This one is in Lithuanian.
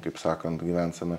kaip sakant gyvensena